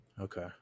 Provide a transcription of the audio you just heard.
Okay